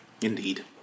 Indeed